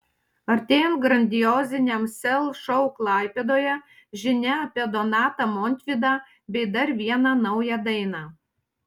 artėjant grandioziniam sel šou klaipėdoje žinia apie donatą montvydą bei dar vieną naują dainą